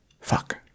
Fuck